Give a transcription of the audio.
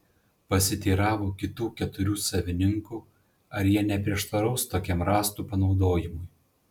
pasiteiravo kitų keturių savininkų ar jie neprieštaraus tokiam rąstų panaudojimui